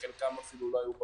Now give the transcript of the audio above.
בחלקם אפילו לא היו בפועל.